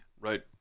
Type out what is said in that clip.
right